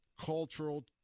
cultural